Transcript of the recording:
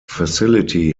facility